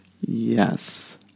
Yes